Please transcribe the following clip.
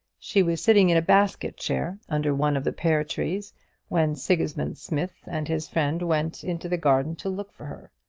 she was sitting in a basket-chair under one of the pear-trees when sigismund smith and his friend went into the garden to look for her.